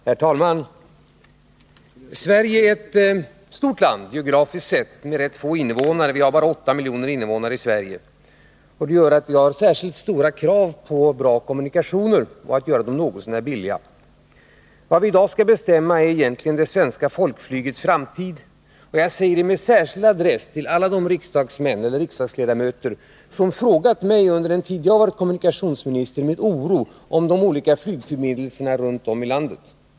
Herr talman! Sverige är ett stort land, geografiskt sett, med få invånare — bara 8 miljoner. Därför har vi särskilt stora krav på goda och något så när billiga kommunikationer. Vad vi i dag skall bestämma om är egentligen det svenska folkflygets framtid. Jag säger detta med särskild adress till alla de riksdagsledamöter som under den tid jag varit kommunikationsminister med oro ställt frågor till mig om de olika flygförbindelserna runt om i landet.